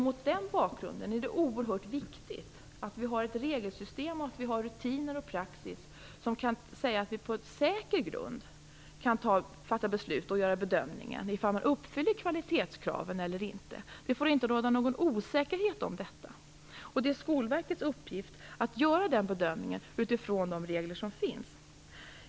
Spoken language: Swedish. Mot den bakgrunden är det oerhört viktigt att vi har ett regelsystem och att vi har rutiner och praxis, så att vi på en säker grund kan fatta beslut och göra bedömningar om huruvida kvalitetskraven uppfylls eller inte. Det får inte råda någon osäkerhet om detta. Och det är Skolverkets uppgift att göra den bedömningen utifrån de regler som finns.